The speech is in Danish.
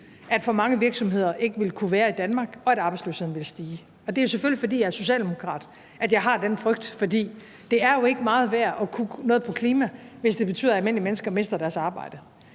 at for mange virksomheder ikke ville kunne være i Danmark, og at arbejdsløsheden ville stige. Og det er selvfølgelig, fordi jeg er socialdemokrat, at jeg har den frygt, for det er jo ikke meget værd at kunne noget på klimaområdet, hvis det betyder, at almindelige mennesker mister deres arbejde.